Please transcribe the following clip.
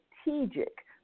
strategic